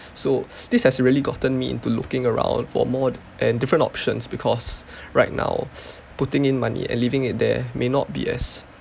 so this has really gotten me into looking around for more and different options because right now putting in money and leaving it there may not be as